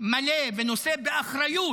מלא ונושא באחריות,